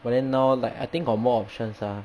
but then now like I think got more options ah